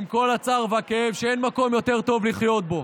עם כל הצער והכאב, שאין מקום יותר טוב לחיות בו.